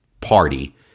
party